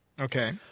Okay